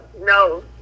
no